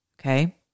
Okay